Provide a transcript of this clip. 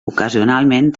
ocasionalment